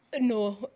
No